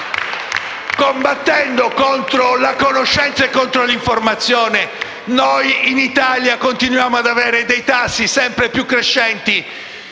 combattendo contro la conoscenza e contro l'informazione, noi in Italia continuiamo ad avere tassi crescenti